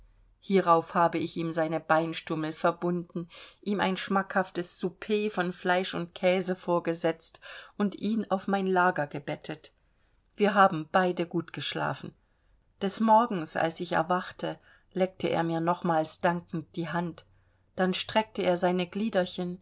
hierauf habe ich ihm seine beinstummel verbunden ihm ein schmackhaftes souper von fleisch und käse vorgesetzt und ihn auf mein lager gebettet wir haben beide gut geschlafen des morgens als ich erwachte leckte er mir nochmals dankend die hand dann streckte er seine gliederchen